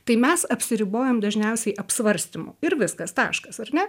tai mes apsiribojam dažniausiai apsvarstymu ir viskas taškas ar ne